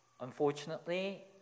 unfortunately